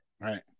Right